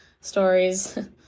stories